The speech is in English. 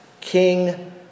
King